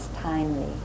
timely